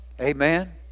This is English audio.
Amen